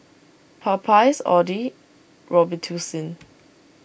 Popeyes Audi Robitussin